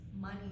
money